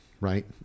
right